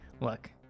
Look